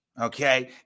Okay